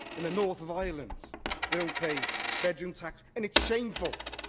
in the north of ireland they don't pay bedroom tax. and it's shameful.